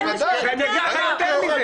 אם תיתן לי.